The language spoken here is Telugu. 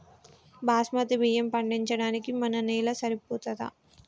బాస్మతి బియ్యం పండించడానికి మన నేల సరిపోతదా?